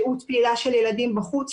שהות פעילה של ילדים בחוץ,